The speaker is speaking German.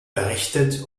errichtet